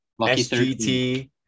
SGT